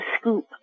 scoop